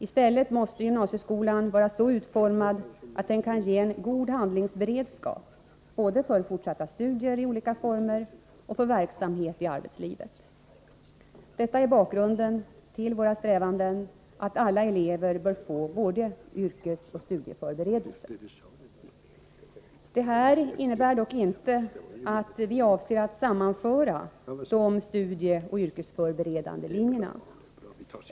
I stället måste gymnasieskolan vara så utformad att den kan ge en god handlingsberedskap, både för fortsatta studier i olika former och för verksamhet i arbetslivet. Detta är bakgrunden till våra strävanden att alla elever bör få både yrkesoch studieförberedelse. Detta innebär dock inte att vi avser att sammanföra de studieoch yrkesförberedande linjerna.